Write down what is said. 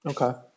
okay